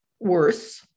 worse